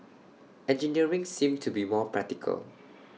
engineering seemed to be more practical